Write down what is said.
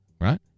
right